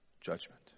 judgment